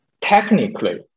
technically